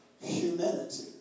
humanity